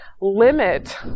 limit